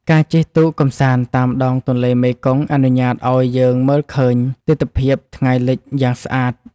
ការជិះទូកកម្សាន្តតាមដងទន្លេមេគង្គអនុញ្ញាតឱ្យយើងមើលឃើញទិដ្ឋភាពថ្ងៃលិចយ៉ាងស្អាត។